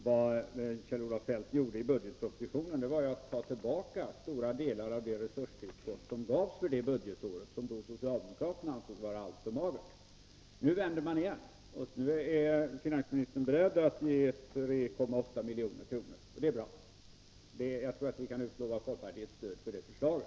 Vad finansministern gjorde i budgetpropositionen var att ta tillbaka stora delar av det resurstillskott som gavs för budgetåret 1982/83 och som socialdemokraterna då ansåg vara alltför magert. Nu vänder man igen. Finansministern är beredd att ge 3,8 miljoner, och det är bra. Vi kan utlova folkpartiets stöd för det förslaget.